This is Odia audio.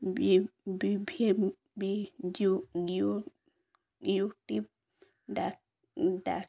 ବି ବିଭି ବି ୟୁ ୟୁଟ୍ୟୁବ୍ ଡାକ୍ ଡା